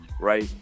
right